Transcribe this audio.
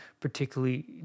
particularly